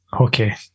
Okay